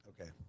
okay